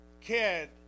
kid